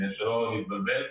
שלא נתבלבל,